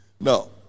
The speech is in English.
Now